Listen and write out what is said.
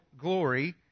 glory